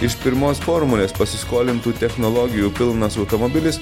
iš pirmos formulės pasiskolintų technologijų pilnas automobilis